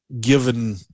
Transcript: given